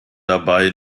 dabei